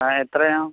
ആ എത്രയാണ്